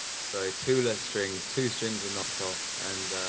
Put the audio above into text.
so two less strings. two strings were knocked off, and